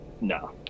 no